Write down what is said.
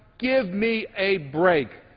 give me a break.